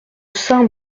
saint